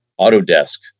Autodesk